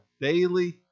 daily